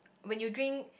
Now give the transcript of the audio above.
when you drink